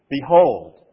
Behold